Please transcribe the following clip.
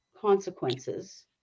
consequences